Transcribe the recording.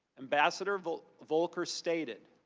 ambassador volker volker stated